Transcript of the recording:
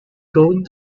going